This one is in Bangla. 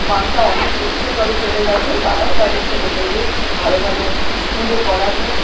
মানটা অনেক উচ্চতরে চলে গেছে তারাও তাদের ছেলেমেয়েদের ভালো ভালো স্কুলে পড়ানো